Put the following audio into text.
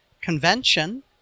convention